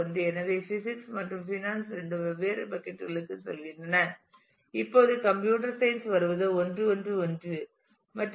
எனவே பிசிக்ஸ் மற்றும் ஃபைனான்ஸ் இரண்டும் வெவ்வேறு பக்கட் களுக்குச் செல்கின்றன இப்போது கம்ப்யூட்டர் சயின்ஸ் க்கு வருவது 1 1 1 மற்றும் இல்லை